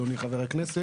אדוני חבר הכנסת,